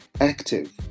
active